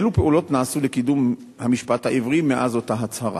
אילו פעולות נעשו לקידום המשפט העברי מאז אותה הצהרה?